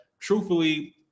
truthfully